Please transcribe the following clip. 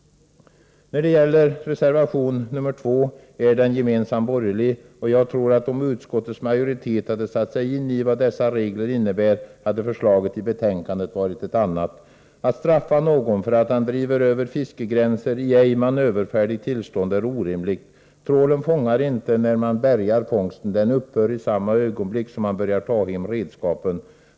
Reservation 2 är en gemensam borgerlig reservation, och om utskottets majoritet hade satt sig in i vad dessa regler innebär, tror jag att förslaget i betänkandet hade varit ett annat. Att straffa någon för att han driver över fiskegränsen i ej manöverfärdigt tillstånd är orimligt. Trålen fångar inte när man bärgar fångsten. Det momentet upphör i samma ögonblick som man börjar ta hem redskapen.